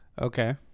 Okay